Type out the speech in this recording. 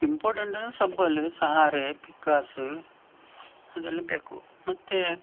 important ಅಂದರೆ ಸಬ್ಬಲ್ಲಿ ಹಾರೆ ಪಿಕ್ಕಾಸು ಅದೆಲ್ಲ ಬೇಕು ಮತ್ತೆ